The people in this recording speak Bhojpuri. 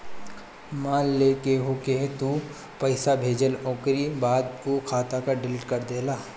मान लअ केहू के तू पईसा भेजला ओकरी बाद उ खाता के डिलीट कर देहला